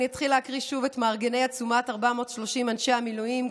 אני אתחיל להקריא שוב את מארגני עצומת 430 אנשי המילואים,